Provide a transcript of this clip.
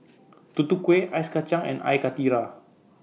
Tutu Kueh Ice Kacang and Air Karthira